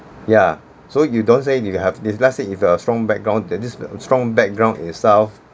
yeah so you don't say you have this let's say you have a strong background then this strong background itself